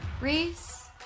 Reese